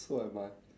so am I